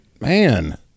man